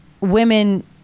women